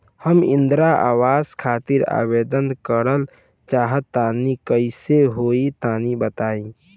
हम इंद्रा आवास खातिर आवेदन करल चाह तनि कइसे होई तनि बताई?